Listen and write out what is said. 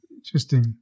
Interesting